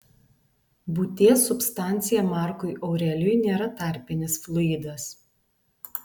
būties substancija markui aurelijui nėra tarpinis fluidas